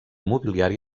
mobiliari